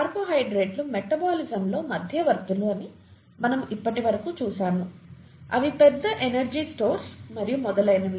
కార్బోహైడ్రేట్లు మెటబాలిజం లో మధ్యవర్తులు అని మనము ఇప్పటివరకు చూశాము అవి పెద్ద ఎనర్జీ స్టోర్స్ మరియు మొదలైనవి